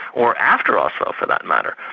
or after oslo for that matter,